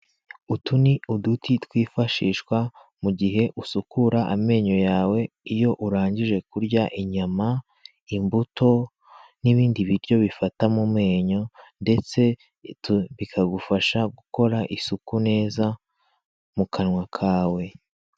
Utu ni uduti twifashishwa mu gihe usukura amenyo yawe iyo urangije kurya inyama, imbuto n'ibindi biryo bifata mu menyo ndetse bikagufasha gukora isuku neza mu kanwa kawe.